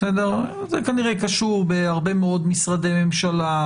זה כנראה קשור בהרבה מאוד משרדי ממשלה,